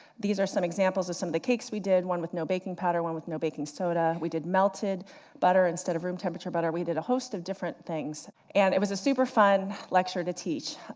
these are some examples of some of the cakes we did, one with no baking powder, one with no baking soda, we did melted butter instead of room temperature butter, we did a host of different things. and it was a super fun lecture to teach.